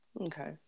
Okay